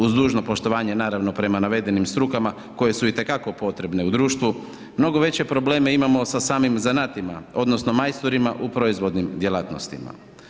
Uz dužno poštovanje prema navedenim strukama koje su itekako potrebna u društvu, mnogo veće probleme imamo sa samim zanatima odnosno majstorima u proizvodnim djelatnostima.